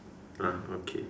ah okay